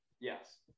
yes